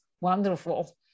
Wonderful